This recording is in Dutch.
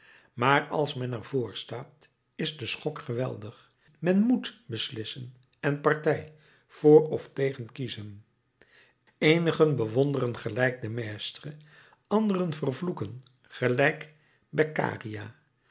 maar als men er voor staat is de schok geweldig men moet beslissen en partij voor of tegen kiezen eenigen bewonderen gelijk de maistre anderen vervloeken gelijk